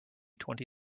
twenty